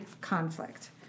conflict